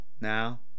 Now